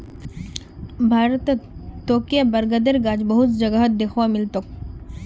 भारतत तोके बरगदेर गाछ बहुत जगहत दख्वा मिल तोक